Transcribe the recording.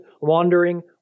wandering